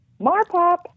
Marpop